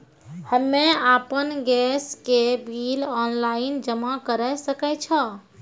हम्मे आपन गैस के बिल ऑनलाइन जमा करै सकै छौ?